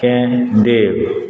केँ देब